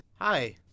Hi